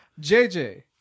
jj